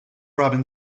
robin